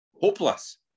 hopeless